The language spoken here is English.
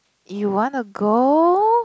you wanna go